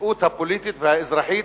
המציאות הפוליטית והאזרחית